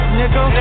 nigga